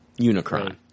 Unicron